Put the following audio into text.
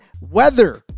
weather